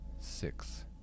six